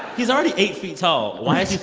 he's already eight feet tall. why is he